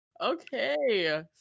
Okay